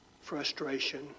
frustration